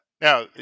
Now